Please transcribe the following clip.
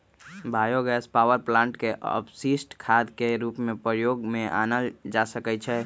bio gas power plant के अपशिष्ट खाद के रूप में प्रयोग में आनल जा सकै छइ